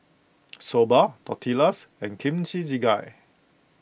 Soba Tortillas and Kimchi Jjigae